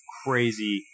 crazy